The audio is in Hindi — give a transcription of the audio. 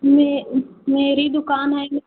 मैं मेरी दुकान है